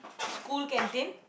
school canteen